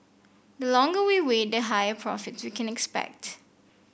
the longer we wait the higher profits we can expect